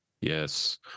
Yes